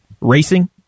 racing